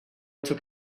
took